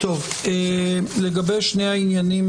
לגבי שני העניינים